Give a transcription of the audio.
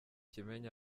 kimenyi